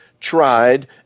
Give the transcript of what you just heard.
tried